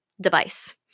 device